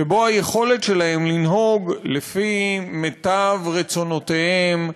שבו היכולת שלהם לנהוג לפי מיטב רצונותיהם,